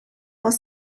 was